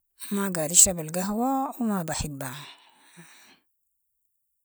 ما قاعدة اشرب القهوة وما بحبها.